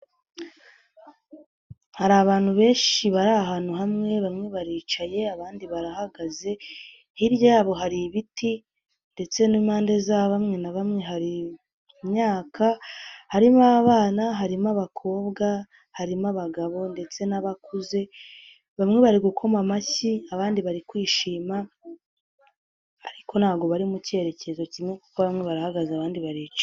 Hari abantu benshi bari ahantu hamwe bamwe baricaye abandi barahagaze hirya yabo hari ibiti ndetse n'impande za bamwe na bamwe hari mu myaka, harimo abana, harimo abakobwa, harimo abagabo ndetse n'abakuze bamwe bari gukoma amashyi abandi bari kwishima ariko ntabwo bari mu cyerekezo kimwe kuko bamwe barahagaze abandi baricaye.